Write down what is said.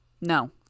No